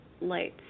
lights